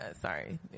sorry